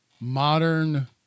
modern